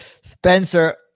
Spencer